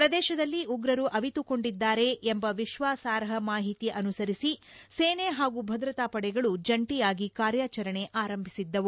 ಪ್ರದೇಶದಲ್ಲಿ ಉಗ್ರರು ಅವಿತುಕೊಂಡಿದ್ದಾರೆ ಎಂಬ ವಿಶ್ವಾಸಾರ್ಹ ಮಾಹಿತಿ ಅನುಸರಿಸಿ ಸೇನೆ ಹಾಗೂ ಭದ್ರತಾ ಪಡೆಗಳು ಜಂಟಿಯಾಗಿ ಕಾರ್ಯಚರಣೆ ಆರಂಭಿಸಲಾಗಿತ್ತು